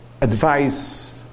advice